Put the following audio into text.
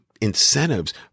incentives